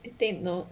you take note